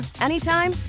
anytime